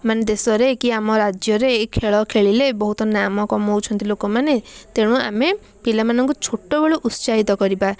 ଆମ ଦେଶରେ କି ଆମ ରାଜ୍ୟରେ ଏହି ଖେଳ ଖେଳିଲେ ବହୁତ ନାମ କମାଉଛନ୍ତି ଲୋକମାନେ ତେଣୁ ଆମେ ପିଲାମାନଙ୍କୁ ଛୋଟ ବେଳୁ ଉତ୍ସାହିତ କରିବା